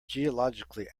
geologically